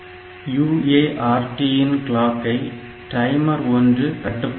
UART இன் கிளாக்கை timer 1 கட்டுப்படுத்துகிறது